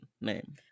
name